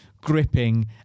gripping